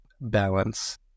balance